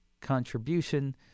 contribution